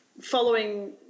following